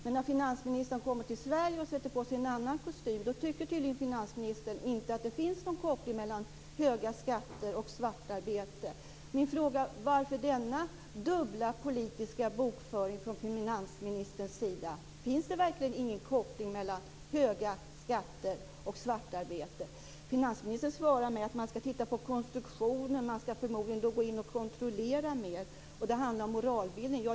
Men när finansministern kommer till Sverige och sätter på sig en annan kostym tycker tydligen finansministern inte att det finns någon koppling mellan höga skatter och svartarbete. Min fråga är: Varför denna dubbla politiska bokföring från finansministerns sida? Finns det verkligen ingen koppling mellan höga skatter och svartarbete? Finansministern svarar mig att man ska titta på konstruktionen - då ska man förmodligen gå in och kontrollera mer - och att det handlar om moralbildningen.